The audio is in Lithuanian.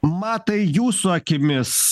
matai jūsų akimis